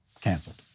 canceled